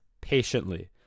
patiently